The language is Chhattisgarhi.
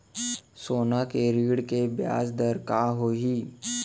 सोना के ऋण के ब्याज दर का होही?